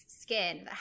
skin